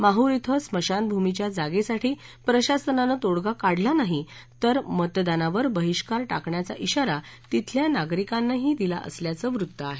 माहूर इथं स्मशानभूमीच्या जागेसाठी प्रशासनानं तोङगा काढला नाही तर मतदानावर बहिष्कार टाकण्याचा इशारा तिथल्या नागरिकांनीही दिला असल्याचं वृत्त आहे